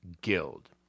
Guild